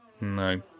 No